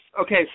okay